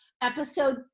episode